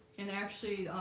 and actually